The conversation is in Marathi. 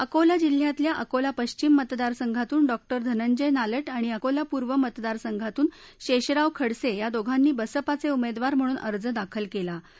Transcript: अकोला जिल्ह्यातल्या अकोला पश्चिम मतदारसंघातून डॉक्टर धंनजय नालट आणि अकोला पूर्व मतदार संघातून शास्त्रीव खडसत्री दोघांनी बसपाचउमध्वीर म्हणून अर्ज दाखल कवी